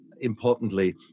importantly